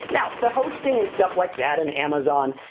now, the hosting and stuff like that and amazon,